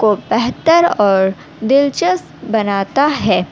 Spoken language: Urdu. کو بہتر اور دلچسپ بناتا ہے